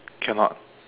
can not